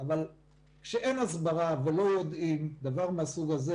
אבל כשאין הסברה ולא יודעים דבר מהסוג הזה,